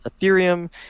ethereum